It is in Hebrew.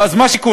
ואז מה שקורה,